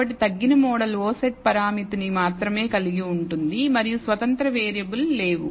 కాబట్టి తగ్గిన model o set పరామితి ను మాత్రమే కలిగి ఉంటుంది మరియు స్వతంత్ర వేరియబుల్ లేవు